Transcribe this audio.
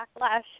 backlash